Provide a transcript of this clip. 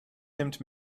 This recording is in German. nimmt